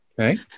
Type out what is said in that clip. Okay